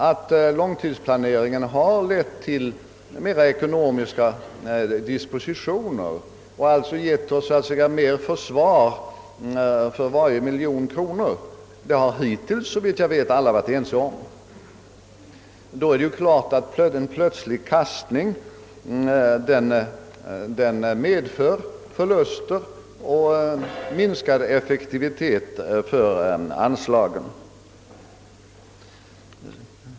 Att långtidsplaneringen har lett till mera ekonomiska dispositioner och givit oss bättre försvar för varje miljon kronor har hittills, såvitt jag vet, alla varit överens om. Då är det klart att en plötslig kastning i planeringen medför förluster och minskad effektivitet.